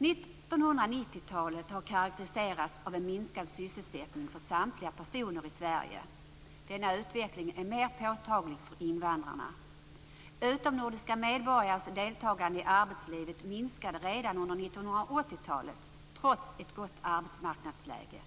1990-talet har karakteriserats av en minskad sysselsättning för samtliga personer i Sverige. Denna utveckling är mer påtaglig för invandrarna. Utomnordiska medborgares deltagande i arbetslivet minskade redan under 1980-talet, trots ett gott arbetsmarknadsläge.